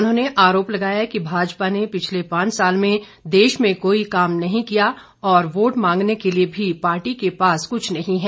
उन्होंने आरोप लगाया कि भाजपा ने पिछले पांच साल में देश में कोई काम नहीं किया और वोट मांगने के लिए भी पार्टी के पास कुछ नहीं है